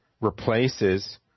replaces